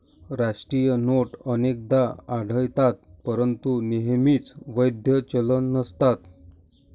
राष्ट्रीय नोट अनेकदा आढळतात परंतु नेहमीच वैध चलन नसतात